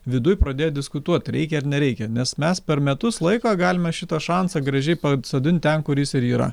viduj pradėti diskutuoti reikia ar nereikia nes mes per metus laiko galime šitą šansą gražiai pasodinti ten kur jis ir yra